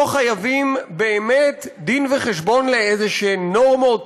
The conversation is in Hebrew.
לא חייבים באמת דין-וחשבון לנורמות